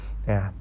ya